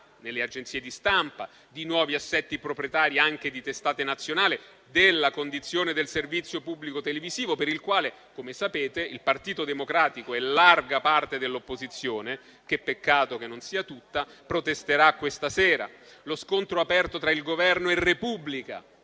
nelle agenzie di stampa, di nuovi assetti proprietari anche di testate nazionali, della condizione del servizio pubblico televisivo, per il quale, come sapete, il Partito Democratico e larga parte dell'opposizione (peccato che non sia tutta) protesterà questa sera. Pensiamo allo scontro aperto tra il Governo e «la Repubblica»,